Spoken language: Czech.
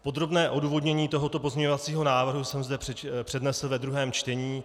Podrobné odůvodnění tohoto pozměňovacího návrhu jsem zde přednesl ve druhém čtení.